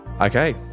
Okay